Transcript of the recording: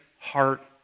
heart